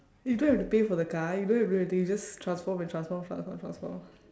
you don't have to pay for the car you don't have to do anything you just transform and transform trans~ trans~ transform